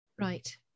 right